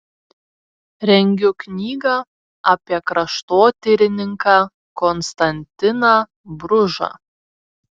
rengiu knygą apie kraštotyrininką konstantiną bružą